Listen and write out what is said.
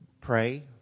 pray